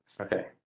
Okay